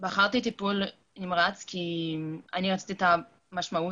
בחרתי בטיפול נמרץ כי אני רוצה שלשנה תהיה משמעות.